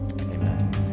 Amen